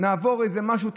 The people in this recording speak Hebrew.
נעבור איזה משהו,